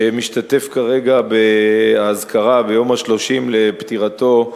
שמשתתף כרגע באזכרה, ביום ה-30 לפטירתו,